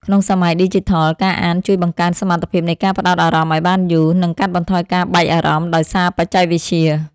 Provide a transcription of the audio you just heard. ក្នុងសម័យឌីជីថល ការអានជួយបង្កើនសមត្ថភាពនៃការផ្ដោតអារម្មណ៍ឱ្យបានយូរ និងកាត់បន្ថយការបែកអារម្មណ៍ដោយសារបច្ចេកវិទ្យា។